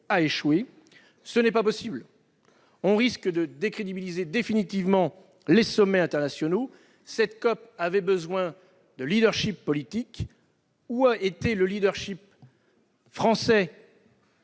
un échec. Ce n'est pas possible ! On risque de décrédibiliser définitivement les sommets internationaux. Cette COP avait besoin d'un leadership politique. Où est passé le leadership français,